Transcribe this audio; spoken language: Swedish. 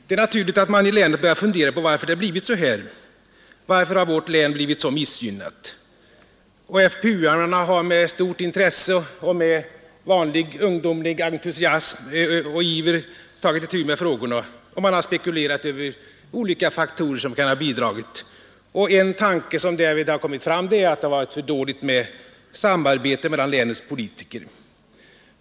Det är naturligt att man i länet börjar fundera på varför det blivit så här. Varför har vårt län blivit så missgynnat? FPU-arna har med stort intresse och med vanlig ungdomlig entusiasm och iver tagit itu med frågorna. Man har spekulerat över olika faktorer som har bidragit till det negativa resultatet, och en tanke som därvid har kommit fram är att det har varit för dåligt med samarbetet mellan länets politiker.